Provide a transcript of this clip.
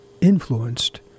influenced